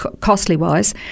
costly-wise